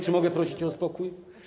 Czy mogę prosić o spokój?